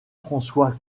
françois